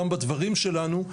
גם בדברים שלנו,